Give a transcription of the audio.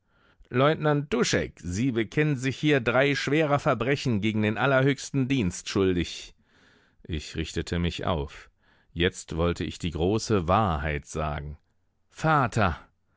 leutnant duschek sie bekennen sich hier drei schwerer verbrechen gegen den allerhöchsten dienst schuldig ich richtete mich auf jetzt wollte ich die große wahrheit sagen vater